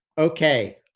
okay.